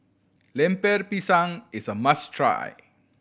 Lemper Pisang is a must try